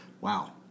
Wow